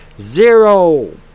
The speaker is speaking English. zero